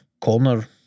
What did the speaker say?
corner